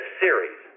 series